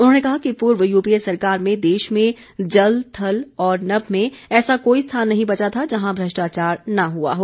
उन्होंने कहा कि पूर्व यूपीए सरकार में देश में जल थल और नभ में ऐसा कोई स्थान नहीं बचा था जहां भ्रष्टाचार न हआ हो